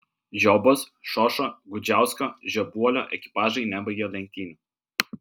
žiobos šošo gudžiausko žebuolio ekipažai nebaigė lenktynių